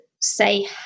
say